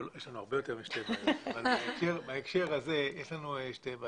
יש הרבה יותר משתי בעיות אבל בהקשר הזה יש לנו שתיים.